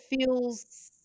feels